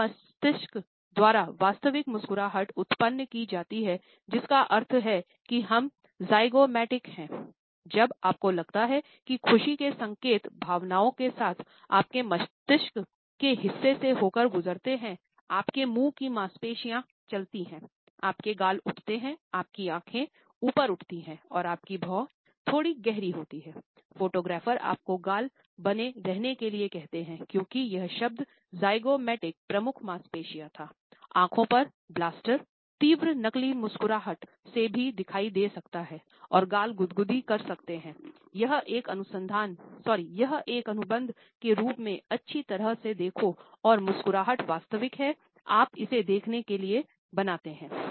चेतन मस्तिष्क द्वारा वास्तविक मुस्कुराहट उत्पन्न की जाती है जिसका अर्थ है कि हम जयगोमाटिक तीव्र नकली मुस्कुराहट में भी दिखाई दे सकता है और गाल गुदगुदी कर सकते हैं यह एक अनुबंध के रूप में अच्छी तरह से देखो और मुस्कुराहट वास्तविक है आप इसे देखने के लिए बनाते हैं